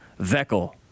Veckel